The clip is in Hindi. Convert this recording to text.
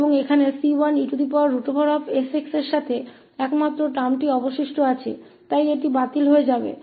और यहां c1esx के साथ एकमात्र शब्द बचा है इसलिए यह रद्द हो जाता है